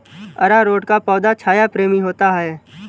अरारोट का पौधा छाया प्रेमी होता है